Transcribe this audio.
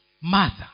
mother